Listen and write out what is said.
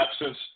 absence